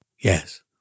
Yes